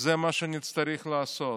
זה מה שנצטרך לעשות.